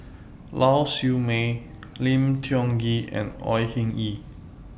Lau Siew Mei Lim Tiong Ghee and Au Hing Yee